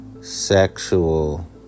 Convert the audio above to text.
sexual